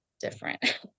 different